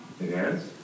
Yes